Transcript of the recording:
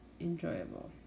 enjoyable